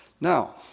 Now